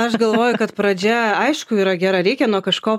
aš galvoju kad pradžia aišku yra gera reikia nuo kažko